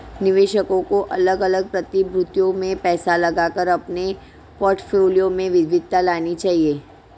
निवेशकों को अलग अलग प्रतिभूतियों में पैसा लगाकर अपने पोर्टफोलियो में विविधता लानी चाहिए